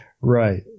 Right